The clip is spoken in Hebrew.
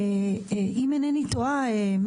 ואם אינני טועה,